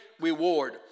reward